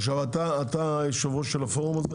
אתה יושב הראש של הפורום הזה?